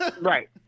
right